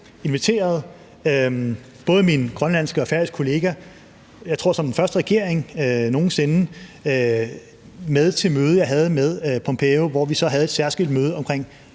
inviterede både min grønlandske og min færøske kollega – jeg tror som den første regering nogen sinde – med til det møde, jeg havde med Pompeo, hvor vi så havde et særskilt møde omkring